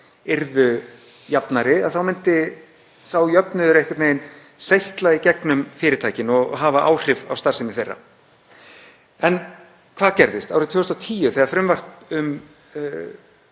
yrðu jafnari myndi sá jöfnuður einhvern veginn seytla í gegnum fyrirtækin og hafa áhrif á starfsemi þeirra. En hvað gerðist? Árið 2010 þegar frumvarp um